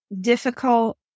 difficult